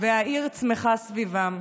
והעיר צמחה סביבם.